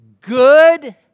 good